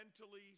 mentally